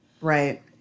Right